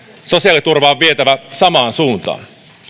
sosiaaliturvaa on vietävä samaan suuntaan